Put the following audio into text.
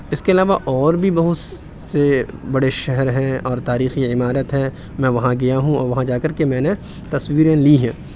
اس کے علاوہ اور بھی بہت سے بڑے شہر ہیں اور تارخی عمارت ہیں میں وہاں گیا ہوں اور وہاں جا کر کے میں نے تصویریں لی ہیں